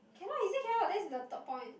cannot he say cannot that's the third point